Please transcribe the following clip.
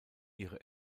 ihre